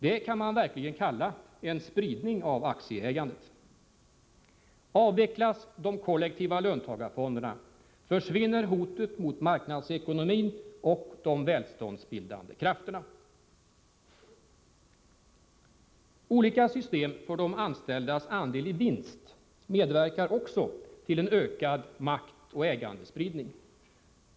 Det kan man verkligen kalla en spridning av aktieägandet. Avvecklas de kollektiva löntagarfonderna försvinner hotet mot marknadsekonomin och de välståndsbildande krafterna. Olika system för de anställdas andel i vinst medverkar också till en ökad maktoch ägandespridning.